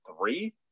three